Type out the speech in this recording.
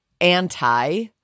anti